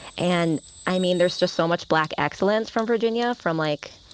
and i mean, there's just so much black excellence from virginia from, like,